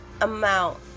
amount